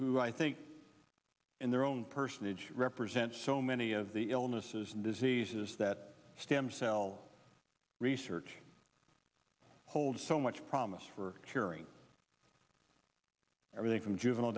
who i think in their own personage represent so many of the illnesses and diseases that stem cell research hold so much promise for curing everything from juvenile